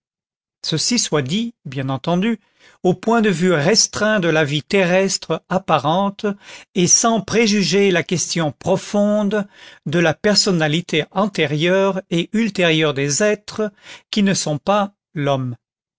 ceci soit dit bien entendu au point de vue restreint de la vie terrestre apparente et sans préjuger la question profonde de la personnalité antérieure et ultérieure des êtres qui ne sont pas l'homme